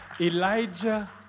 Elijah